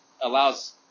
allows